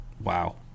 Wow